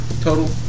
total